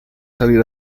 salir